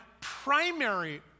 primary